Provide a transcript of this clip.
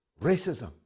racism